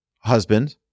husband